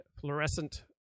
fluorescent